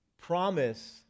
promise